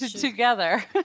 Together